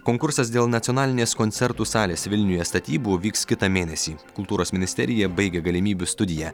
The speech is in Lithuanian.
konkursas dėl nacionalinės koncertų salės vilniuje statybų vyks kitą mėnesį kultūros ministerija baigia galimybių studiją